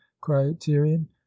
criterion